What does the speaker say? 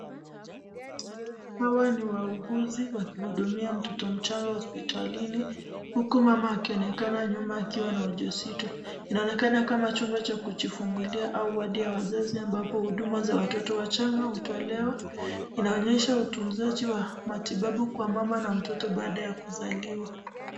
Hawa ni wahuguzi wakihudumia mtoto mchanga hospitalini huku mama akionekana nyuma akiwa na uja uzito. Inaonekana kama chumba cha kujifungulia au wadi ya wazazi ambapo huduma za watoto wachanga hutolewa. Inaonyesha utunzaji wa matibabu kwa mama na mtoto baada ya kuzaliwa.